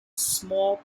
small